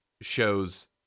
shows